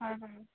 হয় হয়